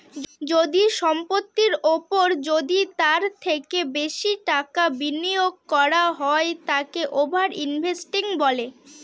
যদি সম্পত্তির ওপর যদি তার থেকে বেশি টাকা বিনিয়োগ করা হয় তাকে ওভার ইনভেস্টিং বলে